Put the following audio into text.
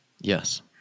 Yes